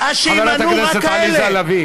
אין נשים